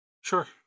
sure